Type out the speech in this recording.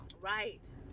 right